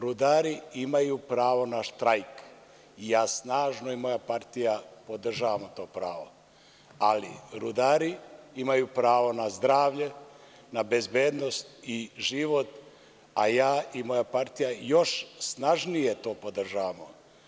Rudari imaju pravo na štrajk, lično ja i moja partija podržavamo to pravo, ali rudari imaju pravo na zdravlje, na bezbednost i život, a ja i moja partija još snažnije to podržavamo.